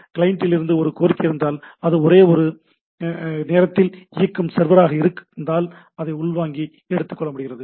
கிளையண்டிடமிருந்து ஒரு கோரிக்கை இருந்தால் அது ஒரு ஒரே நேரத்தில் இயங்கும் சர்வராக இருந்தால் அதை உள்வாங்கி எடுத்துக்கொள்கிறது